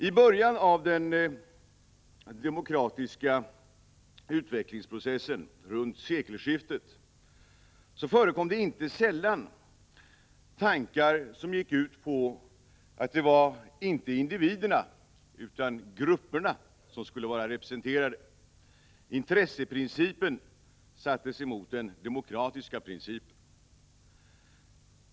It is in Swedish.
I början av den demokratiska utvecklingsprocessen runt sekelskiftet förekom inte sällan tankar som gick ut på att det inte var individerna utan grupperna som skulle vara representerade. Intresseprincipen sattes emot den demokratiska principen.